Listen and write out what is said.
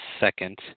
second